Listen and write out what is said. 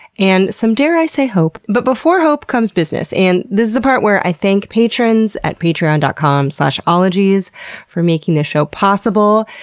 and some, dare i say, hope. but before hope comes business. and this is the part where i thank patrons at patreon dot com slash ologies for making the show possible,